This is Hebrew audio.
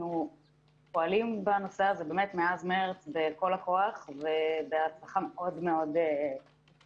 אנחנו פועלים בנושא הזה באמת מאז מרץ בכל הכוח ובהצלחה מאוד מאוד מועטה.